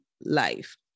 life